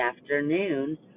afternoon